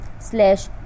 Slash